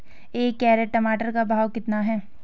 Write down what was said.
एक कैरेट टमाटर का भाव कितना है?